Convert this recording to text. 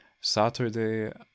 Saturday